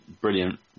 Brilliant